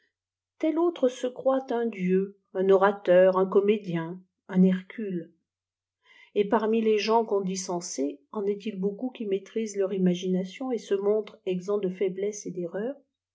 tel autre sç croit un dieu up o'îiteur un coflijédien un hercule et parnx ls gens qu'oïï dit sjbnsés en çjil bcaucou qui maîtrisent leur imagination et se montrent exempts de faiblesses et d'erreurs